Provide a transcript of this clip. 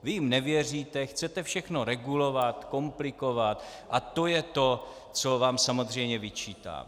Vy jim nevěříte, chcete všechno regulovat, komplikovat a to je to, co vám samozřejmě vyčítám.